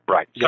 Right